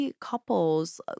couples